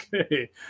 Okay